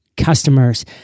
customers